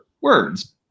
words